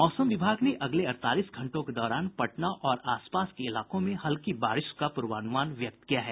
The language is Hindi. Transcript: मौसम विभाग ने अगले अड़तालीस घंटों के दौरान पटना और आसपास के इलाकों में हल्की बारिश का पूर्वानुमान व्यक्त किया है